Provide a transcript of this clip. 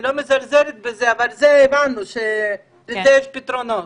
אני לא מזלזלת בזה, אבל זה הבנו שלזה יש פתרונות.